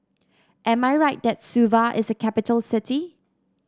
am I right that Suva is a capital city